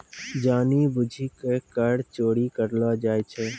जानि बुझि के कर चोरी करलो जाय छै